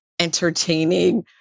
entertaining